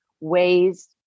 ways